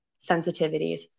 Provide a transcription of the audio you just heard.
sensitivities